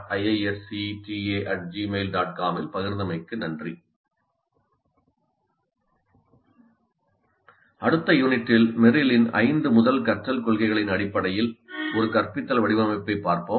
com இல் பகிர்ந்தமைக்கு நன்றி அடுத்த யூனிட்டில் மெர்ரிலின் ஐந்து முதல் கற்றல் கொள்கைகளின் அடிப்படையில் ஒரு கற்பித்தல் வடிவமைப்பைப் பார்ப்போம்